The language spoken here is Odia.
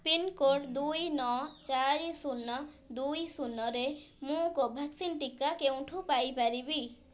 ପିନ୍କୋଡ଼୍ ଦୁଇ ନଅ ଚାରି ଶୂନ ଦୁଇ ଶୂନରେ ମୁଁ କୋଭାକ୍ସିନ୍ ଟିକା କେଉଁଠୁ ପାଇପାରିବି